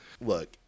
Look